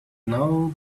now